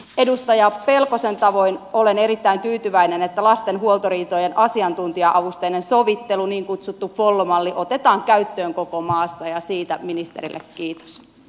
edustaja pelkosen tavoin olen erittäin tyytyväinen että lasten huoltoriitojen asiantuntija avusteinen sovittelu niin kutsuttu follo malli otetaan käyttöön koko maassa ja siitä ministerille kiitos